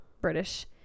british